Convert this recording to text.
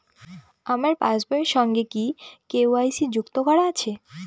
আমার পাসবই এর সঙ্গে কি কে.ওয়াই.সি যুক্ত করা আছে?